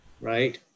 right